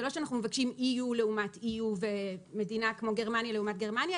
זה לא שאנחנו מבקשים EU לעומת EU ומדינה כמו גרמניה לעומת גרמניה,